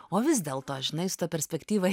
o vis dėlto žinai su ta perspektyva